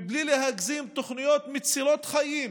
בלי להגזים, תוכניות מצילות חיים